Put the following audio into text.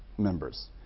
Members